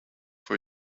for